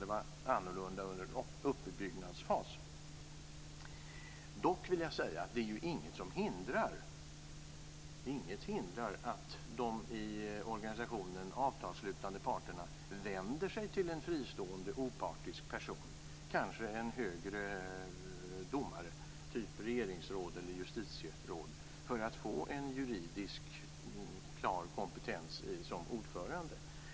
Det var annorlunda under en uppbyggnadsfas. Dock vill jag säga att inget hindrar att de i organisationen avtalsslutande parterna vänder sig till en fristående, opartisk person - kanske en högre domare typ regeringsråd eller justitieråd - för att få en juridisk klar kompetens som ordförande.